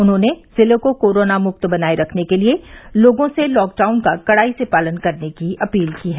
उन्होंने जिले को कोरोना मुक्त बनाए रखने के लिए लोगों से लॉकडाउन का कड़ाई से पालन करने की अपील की है